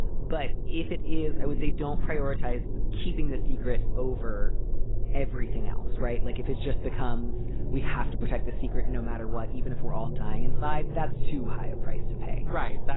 but if it is, i would say don't prioritize keeping the secret over everything else. right. like, if it just becomes we have to protect the secret no matter what. even if we're all dying inside, that's too high a price to pay right.